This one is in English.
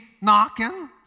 knocking